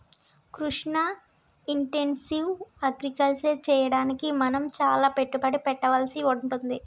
Krishna intensive agriculture చెయ్యడానికి మనం చాల పెట్టుబడి పెట్టవలసి వుంటది